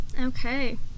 Okay